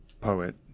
poet